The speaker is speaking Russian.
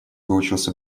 выучился